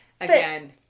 Again